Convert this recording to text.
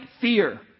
fear